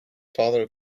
father